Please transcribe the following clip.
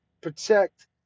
protect